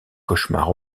cauchemars